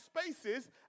spaces